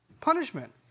punishment